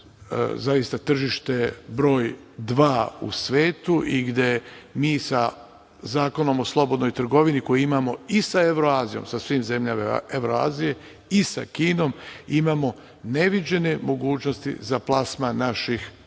zaista tržište broj dva u svetu i gde mi sa Zakonom o slobodnoj trgovini koji imamo i sa Evroazijom, sa svim zemljama Evroazije i sa Kinom imamo neviđene mogućnosti za plasman naših proizvoda,